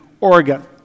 Oregon